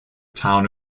town